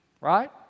Right